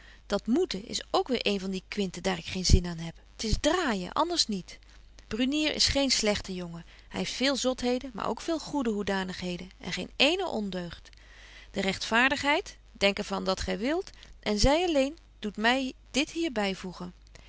dat moeten is ook weêr een van die kwinten daar ik geen zin aan heb t is draaijen anders niet brunier is geen slegte jongen hy heeft veel zotheden maar ook veel goede hoedanigheden en geen eene ondeugd de rechtvaardigheid denk er van dat gy wilt en zy alleen doet my dit hier byvoegen